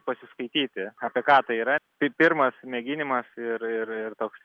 pasiskaityti apie ką tai yra tai pirmas mėginimas ir ir ir toks